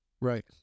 Right